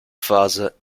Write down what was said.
phase